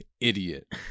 idiot